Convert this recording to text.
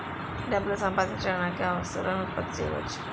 డబ్బులు సంపాదించడానికి అనేక వస్తువులను ఉత్పత్తి చేయవచ్చు